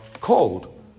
called